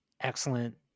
excellent